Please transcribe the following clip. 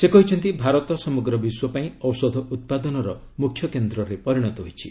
ସେ କହିଛନ୍ତି ଭାରତ ସମଗ୍ର ବିଶ୍ୱ ପାଇଁ ଔଷଧ ଉତ୍ପାଦନର ମୁଖ୍ୟକେନ୍ଦ୍ରରେ ପରିଣତ ହୋଇଛି